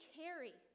carry